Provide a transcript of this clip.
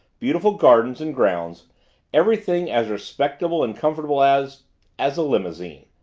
beautiful gardens and grounds everything as respectable and comfortable as as a limousine!